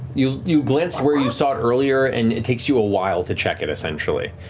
you you glance where you saw it earlier and it takes you a while to check it, essentially.